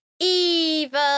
Evil